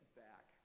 back